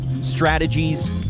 strategies